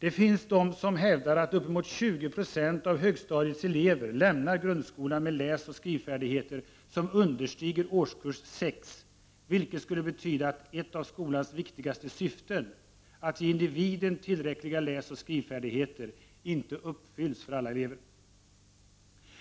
Det finns de som hävdar att uppemot 20 26 av högstadiets elever lämnar grundskolan med läsoch skrivfärdigheter som understiger årskurs 6, vilket skulle betyda att ett av skolans viktigaste syften — att ge individen tillräckliga läsoch skrivfärdigheter — inte uppfylls för alla elever.